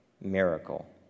miracle